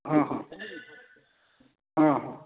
हँ हँ हँ हँ